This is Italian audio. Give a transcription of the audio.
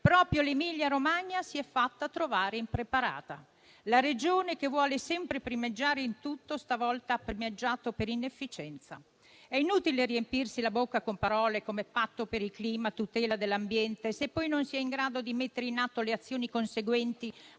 proprio l'Emilia-Romagna si è fatta trovare impreparata. La Regione che vuole sempre primeggiare in tutto stavolta ha primeggiato per inefficienza. È inutile riempirsi la bocca con parole come patto per il clima e tutela dell'ambiente, se poi non si è in grado di mettere in atto le azioni conseguenti,